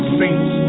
saints